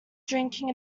drinking